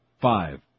five